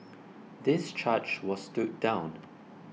this charge was stood down